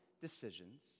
decisions